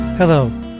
Hello